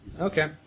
Okay